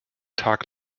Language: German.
tag